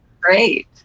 Great